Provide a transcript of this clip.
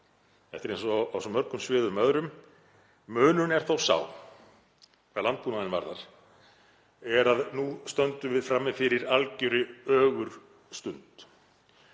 er eins og á svo mörgum sviðum öðrum. Munurinn er þó sá hvað landbúnaðinn varðar er að nú stöndum við frammi fyrir algerri ögurstund.